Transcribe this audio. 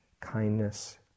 kindness